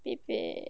背背